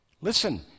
Listen